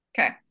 okay